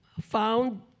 found